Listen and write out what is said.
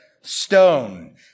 stone